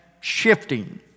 shifting